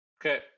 Okay